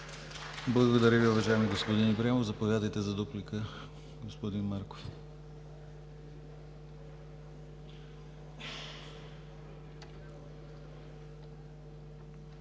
Благодаря Ви, уважаеми господин Ибрямов. Заповядайте за дуплика, господин Марков.